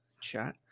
chat